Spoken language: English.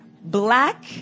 black